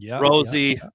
Rosie